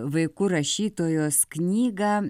vaikų rašytojos knygą